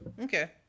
Okay